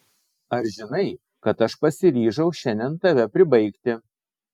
ar žinai kad aš pasiryžau šiandien tave pribaigti